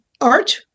art